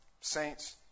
saints